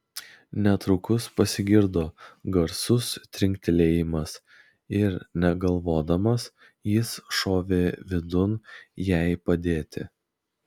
netrukus pasigirdo garsus trinktelėjimas ir negalvodamas jis šovė vidun jai padėti